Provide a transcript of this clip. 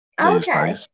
Okay